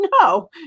no